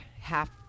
half